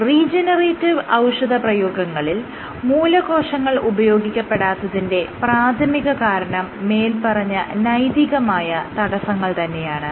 ആയതിനാൽ റീജെനെറേറ്റിവ് ഔഷധ പ്രയോഗങ്ങളിൽ മൂലകോശങ്ങൾ ഉപയോഗിക്കപ്പെടാത്തതിന്റെ പ്രാഥമിക കാരണം മേല്പറഞ്ഞ നൈതികമായ തടസ്സങ്ങൾ തന്നെയാണ്